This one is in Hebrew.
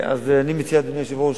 אני מציע, אדוני היושב-ראש,